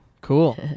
Cool